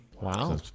Wow